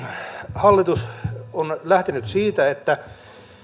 hallitus on lähtenyt siitä että